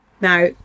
now